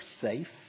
safe